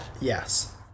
Yes